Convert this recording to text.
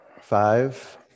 Five